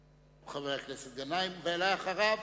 ואחריו,